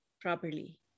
properly